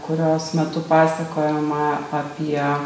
kurios metu pasakojama apie